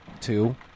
Two